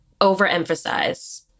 overemphasize